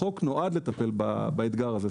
החוק נועד לטפל באתגר הזה.